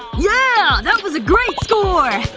yeah! that was a great score!